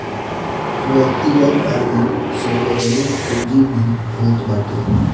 व्यक्तिगत अउरी सार्वजनिक पूंजी भी होत बाटे